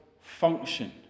function